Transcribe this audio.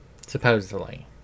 Supposedly